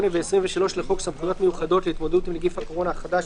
8 ו- 23 לחוק סמכויות מיוחדות להתמודדות עם נגיף הקורונה החדש